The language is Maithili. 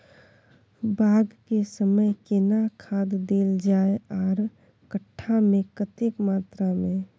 बाग के समय केना खाद देल जाय आर कट्ठा मे कतेक मात्रा मे?